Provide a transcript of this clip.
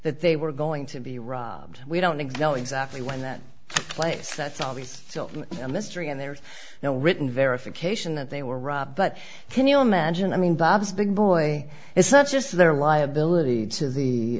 that they were going to be robbed we don't exult exactly when that place that's always a mystery and there's no written verification that they were robbed but can you imagine i mean bob's big boy it's not just their liability to the